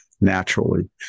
naturally